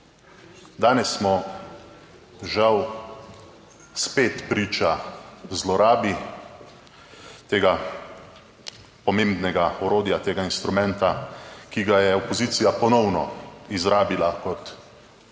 Danes smo žal spet priča zlorabi tega pomembnega orodja, tega instrumenta, ki ga je opozicija ponovno izrabila kot